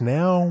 now